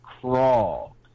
Crawl